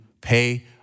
pay